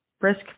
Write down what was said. risk